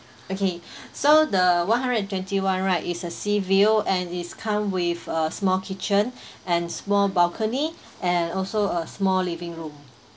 okay so the one hundred and twenty one right is a sea view and it's come with a small kitchen and small balcony and also a small living room